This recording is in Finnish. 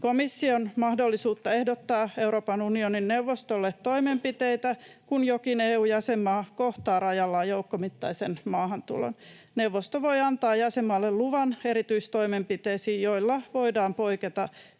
komission mahdollisuutta ehdottaa Euroopan unionin neuvostolle toimenpiteitä, kun jokin EU-jäsenmaa kohtaa rajallaan joukkomittaisen maahantulon. Neuvosto voi antaa jäsenmaalle luvan erityistoimenpiteisiin, joilla voidaan poiketa